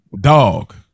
Dog